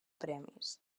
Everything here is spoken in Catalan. premis